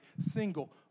single